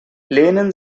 lehnen